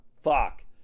Fuck